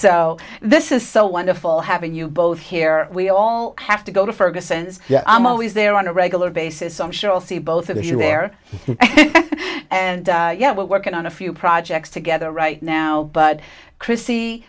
so this is so wonderful having you both here we all have to go to ferguson's i'm always there on a regular basis i'm sure i'll see both of you there and yeah we're working on a few projects together right now but chriss